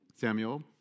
Samuel